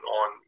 on